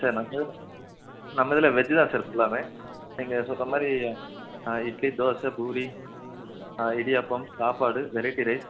sir நம்ம இதில் நம்ம இதில் வெஜ் தான் சார் ஃபுல்லாமே நீங்கள் சொன்ன மாதிரி இட்லி தோசை பூரி இடியாப்பம் சாப்பாடு வெரைட்டி ரைஸ்